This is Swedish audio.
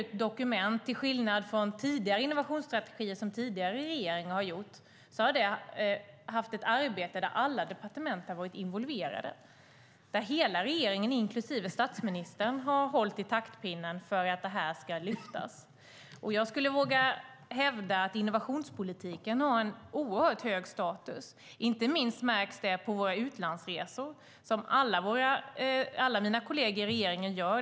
Till skillnad från tidigare innovationsstrategier som tidigare regeringar har gjort är detta ett dokument och ett arbete där alla departement har varit involverade. Hela regeringen, inklusive statsministern, har hållit i taktpinnen för att detta ska lyftas. Jag vågar hävda att innovationspolitiken har oerhört hög status. Inte minst märks det på våra utlandsresor, som alla mina kolleger i regeringen gör.